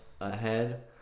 ahead